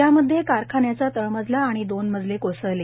यामध्ये कारखान्याचा तळमजला आणि दोन मजले कोसळले